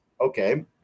Okay